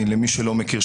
למי שלא מכיר,